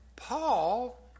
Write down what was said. Paul